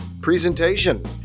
presentation